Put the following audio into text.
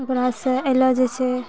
ओकरासँ आइलो जाइ छै